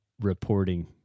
reporting